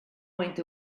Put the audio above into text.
went